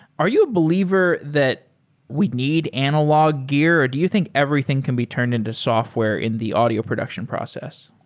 are you a believer that we need analog gear? or do you think everything can be turned into software in the audio production process?